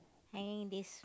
hanging in this